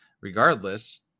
regardless